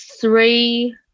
three